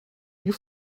you